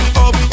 up